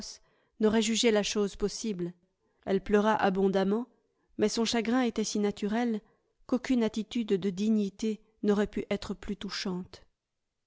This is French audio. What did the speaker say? n'aurait jugé la chose possible elle pleura abondamment mais son chagrin était si naturel qu'aucune attitude de dignité n'aurait pu être plus touchante